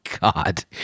God